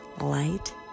Light